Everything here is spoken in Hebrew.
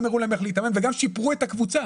גם הראו להם איך להתאמן וגם שיפרו את הקבוצה.